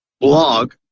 blog